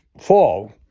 fall